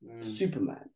Superman